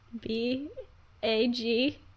B-A-G